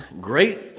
Great